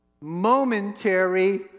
momentary